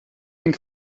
den